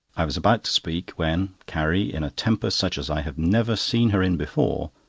i was about to speak, when carrie, in a temper such as i have never seen her in before,